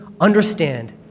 understand